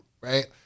right